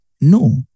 No